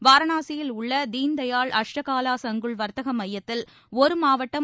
வாரணாசியில் உள்ள தீன்தயாள் அஸ்டகாலா சங்குள் வர்த்தக மையத்தில் ஒரு மாவட்டம்